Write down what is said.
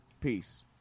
Peace